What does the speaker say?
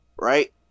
right